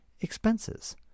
expenses